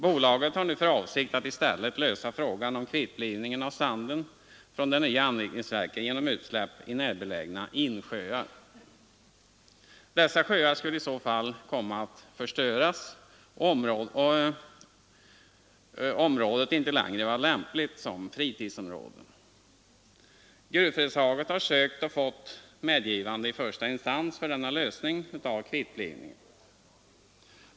Bolaget har nu för avsikt att i stället lösa frågan om kvittblivningen av sanden från det nya anrikningsverket genom utsläpp i närbelägna insjöar. Dessa sjöar skulle i så fall komma att förstöras och området inte längre vara lämpligt som fritidsområde. Gruvföretaget har sökt och fått medgivande i första instans för denna lösning när det gäller kvittblivningen.